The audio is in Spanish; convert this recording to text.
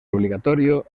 obligatorio